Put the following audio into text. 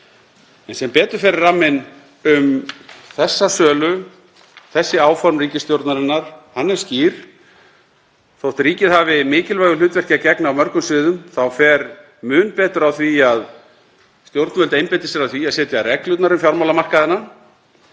En sem betur fer er ramminn um þessa sölu, þessi áform ríkisstjórnarinnar, skýr. Þótt ríkið hafi mikilvægu hlutverki að gegna á mörgum sviðum þá fer mun betur á því að stjórnvöld einbeiti sér að því að setja reglurnar um fjármálamarkaðina